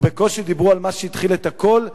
ובקושי דיברו על מה שהתחיל את הכול,